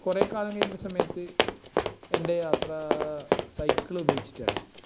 കുറെ കാലം കഴിയുന്ന സമയത്ത് എൻ്റെ യാത്രാ സൈക്കിൾ ഉപയോഗിച്ചിട്ടായി